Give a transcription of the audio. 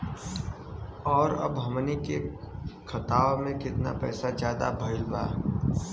और अब हमनी के खतावा में कितना पैसा ज्यादा भईल बा?